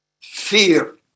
fear